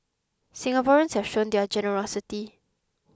Singaporeans have shown their generosity